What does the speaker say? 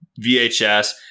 VHS